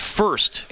first